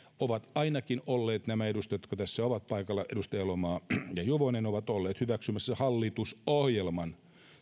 ainakin nämä edustajat jotka tässä ovat paikalla edustajat elomaa ja juvonen ovat olleet hyväksymässä hallitusohjelman